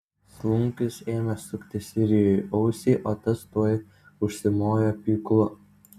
slunkius ėmė sukti sirijui ausį o tas tuoj užsimojo pjūklu